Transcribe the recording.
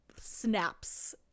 snaps